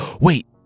Wait